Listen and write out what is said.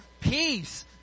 peace